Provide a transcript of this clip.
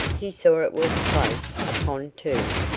he saw it was close upon two.